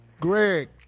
Greg